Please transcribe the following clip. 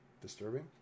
disturbing